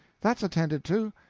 that's attended to.